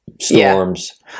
storms